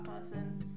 person